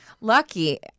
Lucky